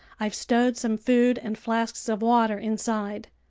i've stowed some food and flasks of water inside.